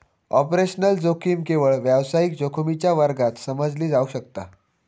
operational जोखीम केवळ व्यावसायिक जोखमीच्या वर्गात समजली जावक शकता